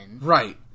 right